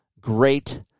great